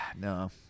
No